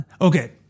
Okay